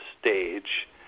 stage